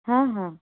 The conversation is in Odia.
ହଁ ହଁ